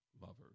lovers